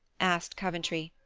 asked coventry.